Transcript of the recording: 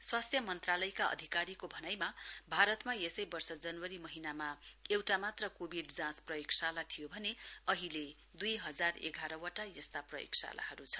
स्वास्थ्य मन्त्रालयका अधिकारीको भनाइमा भारतमा यसै वर्ष जनवरी महीनामा एउटा मात्र कोविड जाँच प्रयोगशाला थियो भने अहिले दुई हजार एघारवटा यस्ता प्रयोगशालाहरु छन्